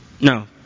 No